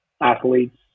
athletes